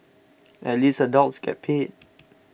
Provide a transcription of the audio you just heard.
at least adults get paid